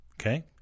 Okay